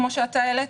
כמו שאתה העלית,